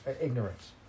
ignorance